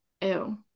Ew